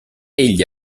egli